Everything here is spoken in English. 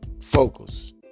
focus